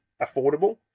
affordable